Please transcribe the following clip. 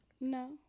No